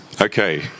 Okay